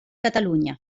catalunya